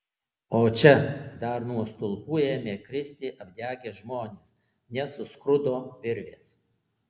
o čia dar nuo stulpų ėmė kristi apdegę žmonės nes suskrudo virvės